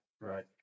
Right